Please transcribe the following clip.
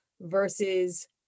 versus